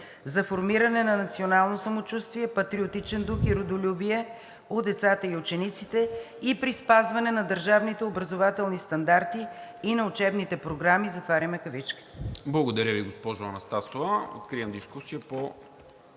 за формиране на национално самочувствие, патриотичен дух и родолюбие у децата и учениците и при спазване на държавните образователни стандарти и на учебните програми.“